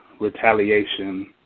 Retaliation